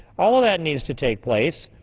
all of that needs to take place.